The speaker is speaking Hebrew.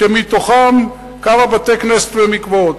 שמתוכם כמה בתי-כנסת ומקוואות.